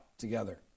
together